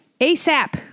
ASAP